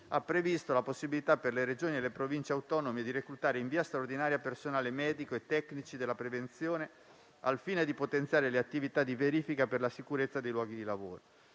ha previsto la possibilità per le Regioni e le Province autonome di reclutare in via straordinaria personale medico e tecnici della prevenzione, al fine di potenziare le attività di verifica per la sicurezza dei luoghi di lavoro.